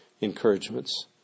encouragements